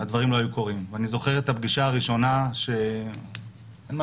הדברים לא היו קורים ואני זוכר את הפגישה הראשונה שאין מה